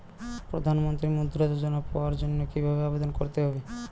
প্রধান মন্ত্রী মুদ্রা যোজনা পাওয়ার জন্য কিভাবে আবেদন করতে হবে?